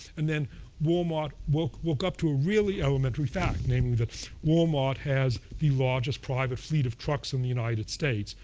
and then walmart woke woke up a ah really elementary fact, namely that walmart has the largest private fleet of trucks in the united states.